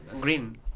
green